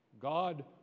God